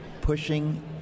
pushing